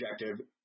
objective